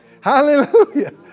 Hallelujah